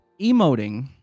emoting